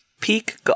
Peak